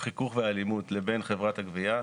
לבין חברת הגבייה,